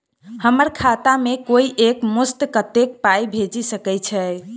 हम्मर खाता मे कोइ एक मुस्त कत्तेक पाई भेजि सकय छई?